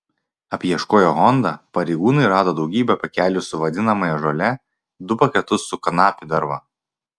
apieškoję honda pareigūnai rado daugybę pakelių su vadinamąją žole du paketus su kanapių derva